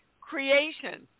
creation